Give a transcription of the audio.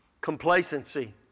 Complacency